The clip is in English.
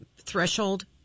threshold